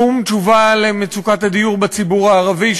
שום תשובה למצוקת הדיור בציבור הערבי,